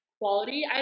quality